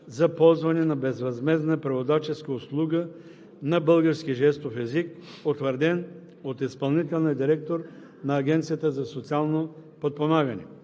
за ползване на безвъзмездна преводаческа услуга на български жестов език, утвърден от изпълнителния директор на Агенцията за социално подпомагане.